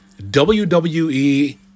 wwe